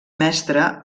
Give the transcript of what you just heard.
mestre